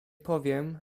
powiem